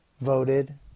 voted